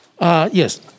Yes